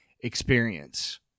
experience